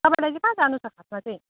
तपाईँलाई चाहिँ कहाँ जानु छ खासमा चाहिँ